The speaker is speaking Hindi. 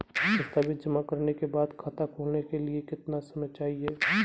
दस्तावेज़ जमा करने के बाद खाता खोलने के लिए कितना समय चाहिए?